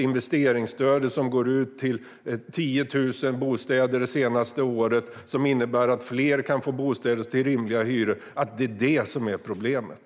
Investeringsstödet, som gick ut till 10 000 bostäder det senaste året, innebär att fler kan få bostäder till rimliga hyror. Jag har svårt att förstå att det är det som är problemet.